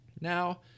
Now